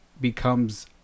becomes